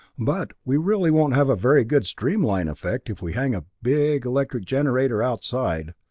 but we really won't have a very good streamline effect if we hang a big electric generator outside.